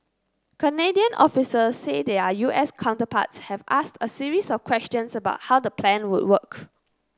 Canadian officials say their U S counterparts have asked a series of questions about how the plan would work